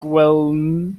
gwenllian